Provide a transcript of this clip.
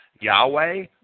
Yahweh